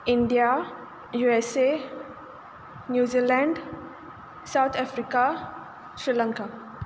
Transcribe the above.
India U S A New Zealand south Africa Sri Lanka